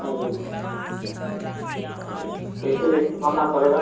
हाँ जी तो कैसे कैसे भरना पड़ेगा